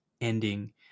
ending